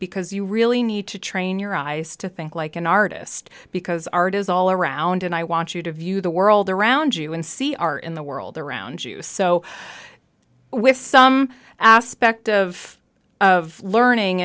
because you really need to train your eyes to think like an artist because art is all around and i want you to view the world around you and see are in the world around you so with some aspect of learning